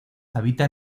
habita